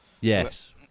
Yes